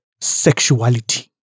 sexuality